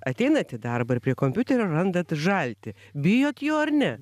ateinat į darbą ir prie kompiuterio randate žaltį bijot jo ar ne